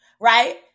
Right